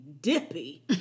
dippy